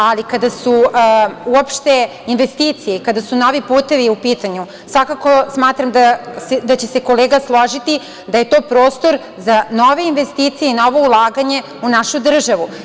Ali, kada su uopšte investicije i kada su novi putevi u pitanju, svakako smatram da će se kolega složiti da je to prostora za nove investicije i novo ulaganje u našu državu.